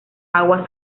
agua